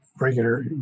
regular